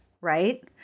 right